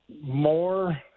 more